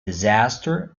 disaster